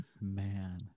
man